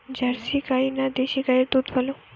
Jersey গাই না দেশী গাইয়ের দুধ ভালো?